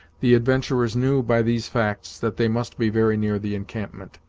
the adventurers knew by these facts that they must be very near the encampment.